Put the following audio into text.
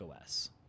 os